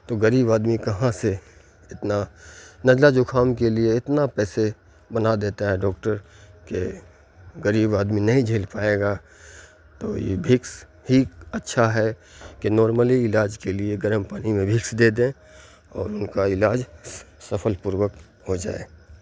تو غریب آدمی کہاں سے اتنا نزلہ زُخام کے لیے اتنا پیسے بنا دیتا ہے ڈاکٹر کہ غریب آدمی نہیں جھیل پائے گا تو یہ وکس ہی اچھا ہے کہ نارملی علاج کے لیے گرم پانی میں وکس دے دیں اور ان کا علاج سفل پوروک ہو جائے